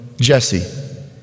Jesse